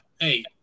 hey